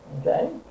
Okay